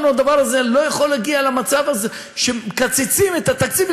והדבר הזה לא יכול להגיע למצב הזה שמקצצים את התקציב.